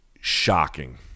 Shocking